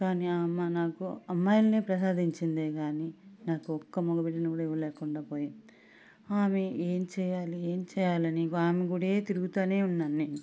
కానీ ఆ అమ్మ నాకు అమ్మయిల్నే ప్రసాదించిందే కానీ నాకు ఒక్క మెగా బిడ్డను కూడా ఇవ్వలేకుండా పోయింది ఆమె ఏం చెయ్యాలి ఏం చెయ్యాలని ఆమె గుడే తిరుగుతానే ఉన్నాను నేను